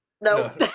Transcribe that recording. No